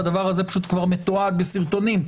והדבר הזה כבר מתועד בסרטונים,